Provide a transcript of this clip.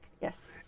Yes